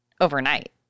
overnight